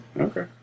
Okay